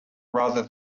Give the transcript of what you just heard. rather